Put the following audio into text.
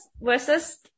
versus